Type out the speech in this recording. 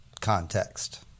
context